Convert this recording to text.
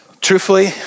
Truthfully